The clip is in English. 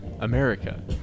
America